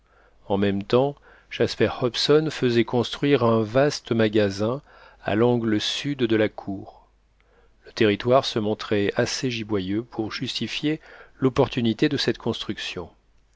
en même temps jasper hobson faisait construire un vaste magasin à l'angle sud de la cour le territoire se montrait assez giboyeux pour justifier l'opportunité de cette construction